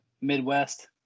Midwest